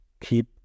keep